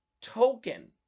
token